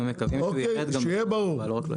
אנחנו מקווים שהוא גם ירד, לא רק לא יעלה.